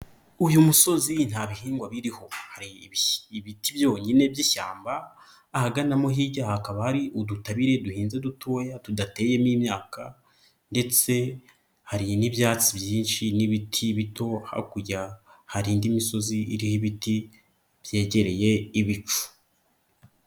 Uyu musozi nta bihingwa biriho hari ibiti byonyine by'ishyamba, ahagana mo hirya hakaba hari udutabire duhinnze dutoya tudateyemo imyaka ndetse hari n'ibyatsi byinshi n'ibiti bito, hakurya hari indi misozi iriho ibiti byegereye ibicu.